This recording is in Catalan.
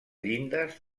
llindes